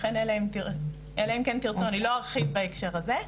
לכן אני לא ארחיב בהקשר זה,